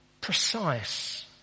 precise